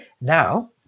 Now